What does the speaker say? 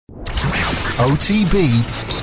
OTB